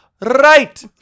Right